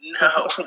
no